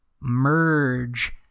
merge